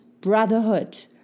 brotherhood